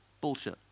bullshit